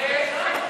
תאמין לי,